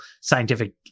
scientific